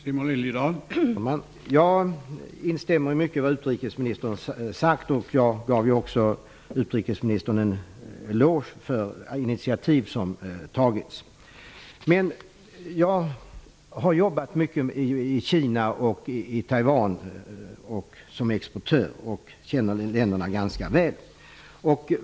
Herr talman! Jag instämmer i mycket av det utrikesministern har sagt. Jag gav också utrikesministern en eloge för de initiativ som tagits. Jag har jobbat mycket som exportör i Kina och på Taiwan och känner dessa länder ganska väl.